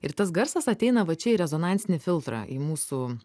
ir tas garsas ateina va čia į rezonansinį filtrą į mūsų